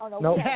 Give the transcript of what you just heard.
No